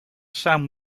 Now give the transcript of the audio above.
sam